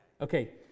Okay